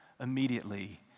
immediately